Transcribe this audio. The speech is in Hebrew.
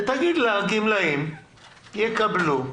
ותגיד לה שהגמלאים יקבלו,